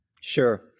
Sure